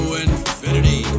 infinity